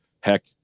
heck